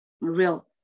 real